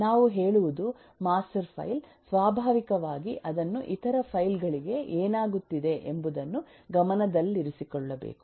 ನಾವು ಹೇಳುವುದು master file ಸ್ವಾಭಾವಿಕವಾಗಿ ಅದನ್ನು ಇತರ ಫೈಲ್ ಗಳಿಗೆ ಏನಾಗುತ್ತಿದೆ ಎಂಬುದನ್ನು ಗಮನದಲ್ಲಿರಿಸಿಕೊಳ್ಳಬೇಕು